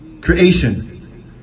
creation